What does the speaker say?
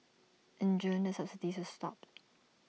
in June the subsidies stopped